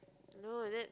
no that's